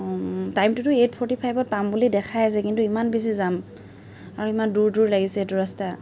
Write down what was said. টাইমটোতো eight forty ফাইভত পাম বুলি দেখাই আছে কিন্তু ইমান বেছি জাম আৰু ইমান দূৰ দূৰ লাগিছে এইটো ৰাস্তা